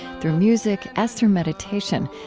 through music as through meditation,